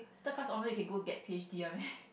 third class honours you can get p_h_d one meh